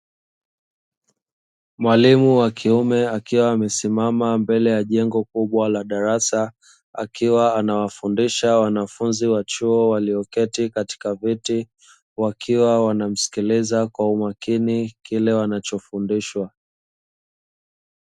Mwalimu wa kiume akiwa amesimama mbele ya jengo kubwa la darasa, akiwa anawafundisha wanafunzi wa chuo; walioketi katika viti wakiwa wanamsikiliza kwa umakini, kile wanachofundishwa.